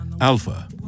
Alpha